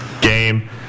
game